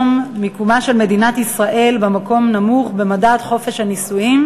מדינת ישראל במקום נמוך במדד חופש הנישואים,